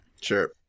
Sure